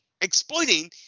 exploiting